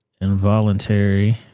Involuntary